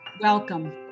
Welcome